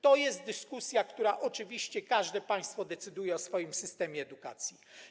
To jest do dyskusji, oczywiście każde państwo decyduje o swoim systemie edukacji.